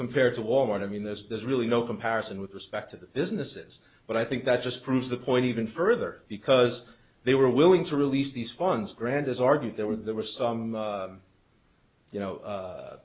compared to wal mart i mean there's really no comparison with respect to the businesses but i think that just proves the point even further because they were willing to release these funds grant is argue there were there were some you know